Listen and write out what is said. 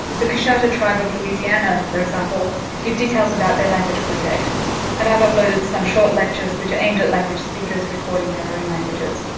the coushatta tribe of louisiana for example give details about their language project and i have uploaded some short lectures which are aimed at language speakers recording their own languages.